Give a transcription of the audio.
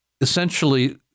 essentially